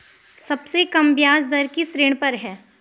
सबसे कम ब्याज दर किस ऋण पर है?